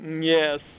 Yes